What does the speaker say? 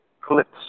clips